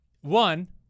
one